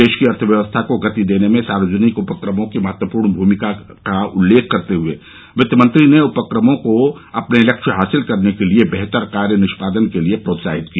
देश की अर्थव्यवस्था को गति देने में सार्वजनिक उपक्रमों की महत्वपूर्ण भूमिका का उल्लेख करते हुए वित्त मंत्री ने उपक्रमों को अपने लक्ष्य हासिल करने के लिए बेहतर कार्य निष्पादन के लिए प्रोत्साहित किया